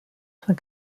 soient